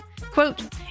Quote